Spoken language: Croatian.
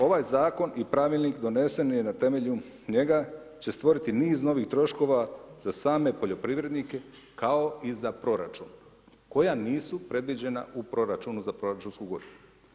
Ovaj zakon i pravilnik donesen je na temelju, njega će stvoriti niz novih troškova za same poljoprivrednike kao i za proračun koja nisu predviđena u proračunu za proračunsku godinu.